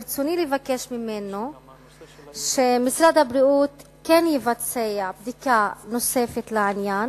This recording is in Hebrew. ברצוני לבקש ממנו שמשרד הבריאות כן יבצע בדיקה נוספת בעניין,